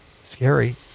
scary